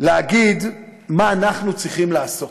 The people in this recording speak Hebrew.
להגיד מה אנחנו צריכים לעשות.